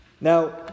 now